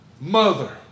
mother